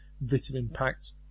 vitamin-packed